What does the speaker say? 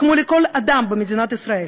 כמו לכל אדם במדינת ישראל,